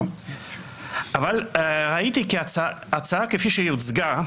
אבל ראיתי כי ההצעה כפי שהיא הוצגה,